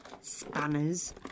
Spanners